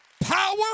power